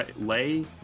Lay